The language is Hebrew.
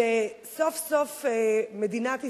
שסוף-סוף מדינת ישראל,